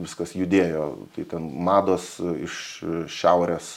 viskas judėjo tai ten mados iš šiaurės